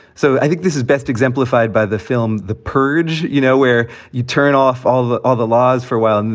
so i think this is best exemplified by the film the purge. you know, where you turn off all the other laws for well, and